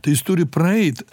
tai jis turi praeit